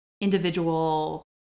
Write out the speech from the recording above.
individual